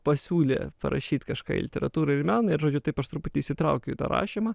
pasiūlė parašyt kažką į literatūrą ir meną ir žodžiu taip aš truputį įsitraukiau į tą rašymą